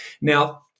Now